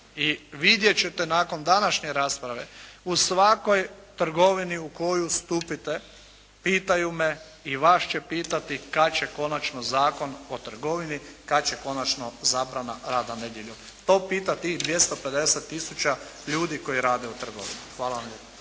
i vidjet ćete nakon današnje rasprave u svakoj trgovini u koju stupite pitaju me i vas će pitati kad će konačno Zakon o trgovini, kad će konačno zabrana rada nedjeljom. To pita tih 250000 ljudi koji rade u trgovini. Hvala vam